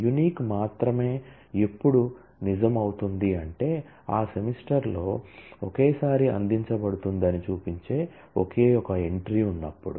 unique మాత్రమే ఎప్పుడు నిజం అవుతుంది అంటే ఆ సెమిస్టర్లో ఒకేసారి అందించబడుతుందని చూపించే ఒకే ఒక ఎంట్రీ ఉంది